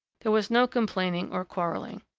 there was no complaining or quarrelling.